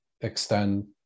extend